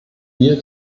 wir